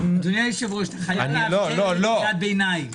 אדוני היושב-ראש, אתה חייב לאשר לי קריאת ביניים.